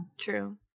True